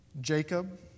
Jacob